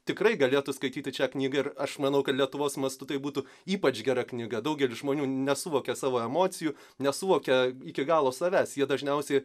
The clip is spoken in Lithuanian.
tikrai galėtų skaityti šią knygą ir aš manau kad lietuvos mastu tai būtų ypač gera knyga daugelis žmonių nesuvokia savo emocijų nesuvokia iki galo savęs jie dažniausiai